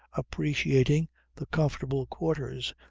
appreciating the comfortable quarters,